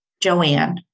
Joanne